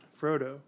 Frodo